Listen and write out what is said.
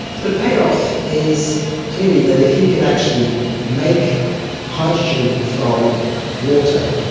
the payoff is clearly that if you can actually make hydrogen from water,